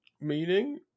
Meaning